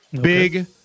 Big